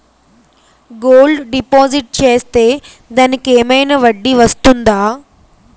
Gold deposit చేస్తే దానికి ఏమైనా వడ్డీ వస్తుందా?